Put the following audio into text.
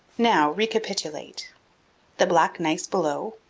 now recapitulate the black gneiss below,